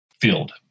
field